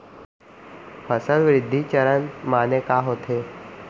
फसल वृद्धि चरण माने का होथे?